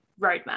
roadmap